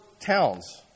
towns